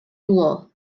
uhr